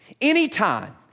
Anytime